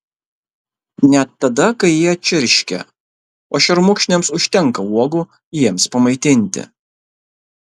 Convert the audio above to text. net tada kai jie čirškia o šermukšniams užtenka uogų jiems pamaitinti